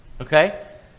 Okay